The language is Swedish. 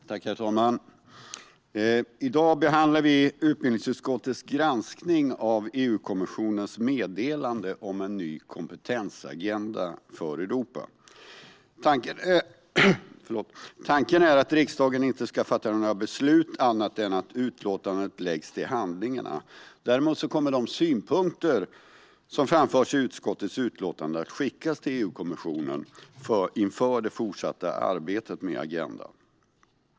Herr talman! Nu behandlar vi utbildningsutskottets granskning av EU-kommissionens meddelande om en ny kompetensagenda för Europa. Tanken är att riksdagen inte ska fatta några beslut annat än att utlåtandet läggs till handlingarna. Dock kommer de synpunkter som framförs i utskottets utlåtande att skickas till EU-kommissionen inför det fortsatta arbetet med agendan.